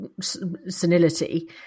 senility